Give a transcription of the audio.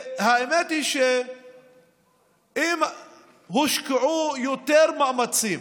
האמת היא שאם יושקעו יותר מאמצים